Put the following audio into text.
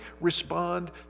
respond